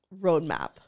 roadmap